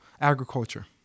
agriculture